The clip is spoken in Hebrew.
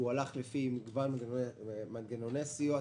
שהלך לפי מגוון מנגנוני סיוע,